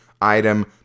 item